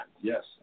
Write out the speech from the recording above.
Yes